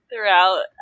throughout